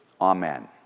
Amen